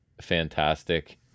fantastic